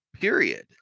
period